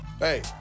Hey